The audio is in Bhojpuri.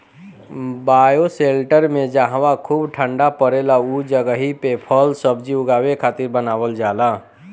बायोशेल्टर में जहवा खूब ठण्डा पड़ेला उ जगही पे फल सब्जी उगावे खातिर बनावल जाला